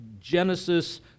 Genesis